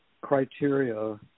criteria